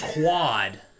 Quad